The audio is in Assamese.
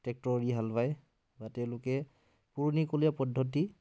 ট্ৰেক্টৰেদি হাল বায় বা তেওঁলোকে পুৰণিকলীয়া পদ্ধতি